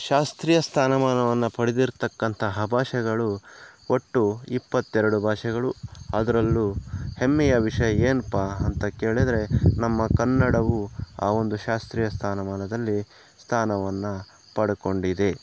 ಶಾಸ್ತ್ರೀಯ ಸ್ಥಾನಮಾನವನ್ನು ಪಡೆದಿರ್ತಕ್ಕಂತಹ ಭಾಷೆಗಳು ಒಟ್ಟು ಇಪ್ಪತ್ತೆರಡು ಭಾಷೆಗಳು ಅದರಲ್ಲೂ ಹೆಮ್ಮೆಯ ವಿಷಯ ಏನಪ್ಪ ಅಂತ ಕೇಳಿದರೆ ನಮ್ಮ ಕನ್ನಡವೂ ಆ ಒಂದು ಶಾಸ್ತ್ರೀಯ ಸ್ಥಾನಮಾನದಲ್ಲಿ ಸ್ಥಾನವನ್ನು ಪಡೆಕೊಂಡಿದೆ